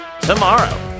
tomorrow